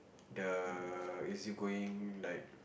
the easy-going like